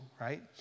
right